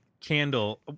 candle